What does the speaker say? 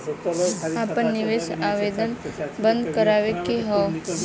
आपन निवेश आवेदन बन्द करावे के हौ?